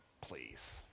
Please